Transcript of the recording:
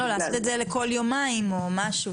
לעשות את זה כל יומיים או משהו,